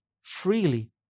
freely